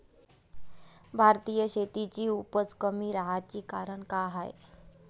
भारतीय शेतीची उपज कमी राहाची कारन का हाय?